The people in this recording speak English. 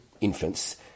infants